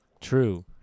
True